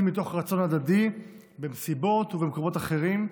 מתוך רצון הדדי במסיבות ובמקומות אחרים,